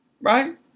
right